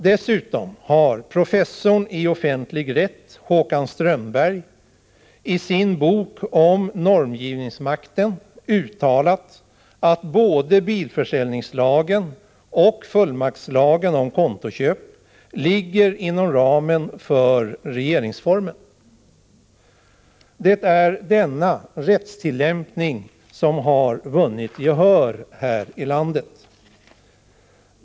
Dessutom har professorn i offentlig rätt Håkan Strömberg i sin bok om normgivningsmakten uttalat att både bilförsäljningslagen och fullmaktslagen om kontoköp ligger inom ramen för regeringsformen. Det är denna rättstillämpning som har vunnit gehör här i landet.